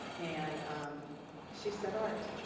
and she said art.